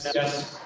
yes.